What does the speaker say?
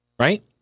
Right